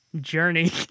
Journey